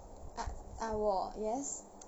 uh uh 我 yes